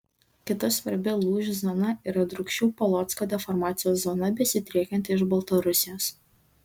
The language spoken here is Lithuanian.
kita svarbi lūžių zona yra drūkšių polocko deformacijos zona besidriekianti iš baltarusijos